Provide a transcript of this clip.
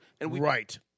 Right